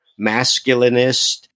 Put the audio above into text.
masculinist